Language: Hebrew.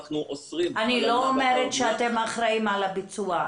אנחנו אוסרים הלנה --- אני לא אומרת שאתם אחראים על הביצוע,